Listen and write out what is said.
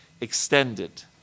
extended